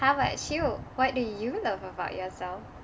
how about you what do you love about yourself